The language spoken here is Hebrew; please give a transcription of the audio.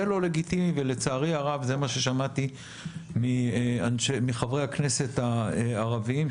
זה לא לגיטימי ולצערי הרב זה מה ששמעתי מחברי הכנסת הערבים,